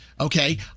okay